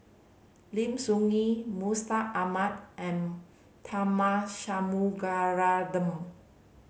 Lim Soo Ngee Mustaq Ahmad and Tharman Shanmugaratnam